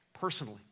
personally